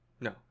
No